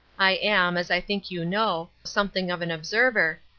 i am, as i think you know, something of an observer,